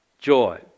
Joy